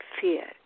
fear